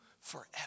forever